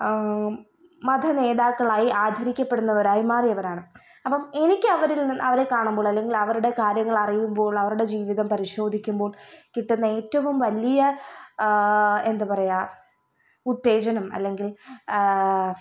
മതനേതാക്കളായി ആദരിക്കപ്പെടുന്നവരായി മാറിയവരാണ് അപ്പം എനിക്കവരിൽ നിന്ന് അവരെക്കാണുമ്പോളല്ലെങ്കിൽ അവരുടെ കാര്യങ്ങളറിയുമ്പോൾ അവരുടെ ജീവിതം പരിശോധിക്കുമ്പോൾ കിട്ടുന്ന ഏറ്റവും വലിയ എന്താ പറയുക ഉത്തേജനം അല്ലെങ്കിൽ